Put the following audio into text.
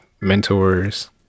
mentors